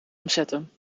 omzetten